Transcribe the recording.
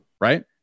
right